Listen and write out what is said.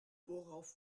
worauf